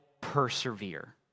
persevere